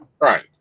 Right